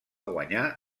guanyar